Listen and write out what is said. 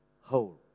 whole